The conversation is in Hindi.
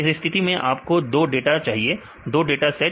इस स्थिति में आपको दो डाटा चाहिए दो डाटा सेट